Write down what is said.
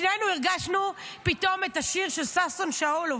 שנינו הרגשנו פתאום את השיר של ששון שאולוב.